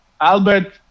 Albert